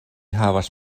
havas